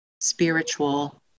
spiritual